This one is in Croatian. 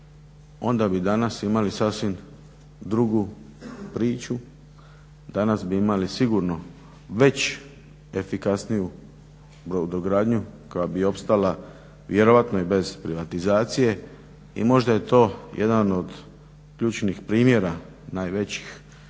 onda bi danas imali sasvim drugu priču, danas bi imali sigurno već efikasniju brodogradnju koja bi opstala vjerojatno i bez privatizacije i možda je to jedan od ključnih primjera, najvećih,